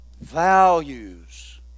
values